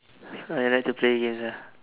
I like to play games ah